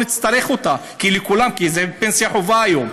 כי זו פנסיה חובה היום,